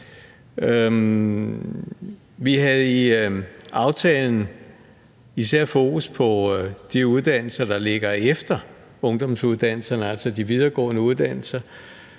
Vi havde i aftalen især fokus på de uddannelser, der ligger efter ungdomsuddannelserne, altså de videregående uddannelser,